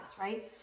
right